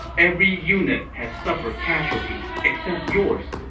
every unit has suffered casualties except yours.